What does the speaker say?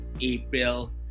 april